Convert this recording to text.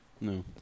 No